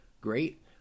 great